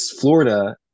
florida